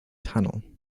tunnel